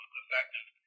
effective